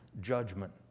judgment